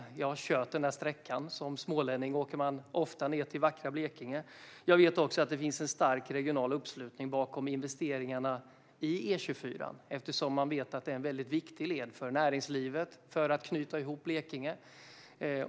Jag har kört den sträckan. Som smålänning åker man ofta ned till vackra Blekinge. Jag vet också att det finns en stark regional uppslutning bakom investeringarna i E22:an. Man vet att det är en väldigt viktig led för näringslivet för att knyta ihop Blekinge.